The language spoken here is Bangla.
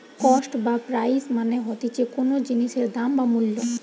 কস্ট বা প্রাইস মানে হতিছে কোনো জিনিসের দাম বা মূল্য